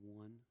one